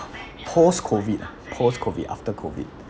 post COVID ah post COVID after COVID